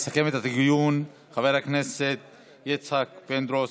יסכם את הדיון חבר הכנסת יצחק פינדרוס,